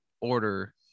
order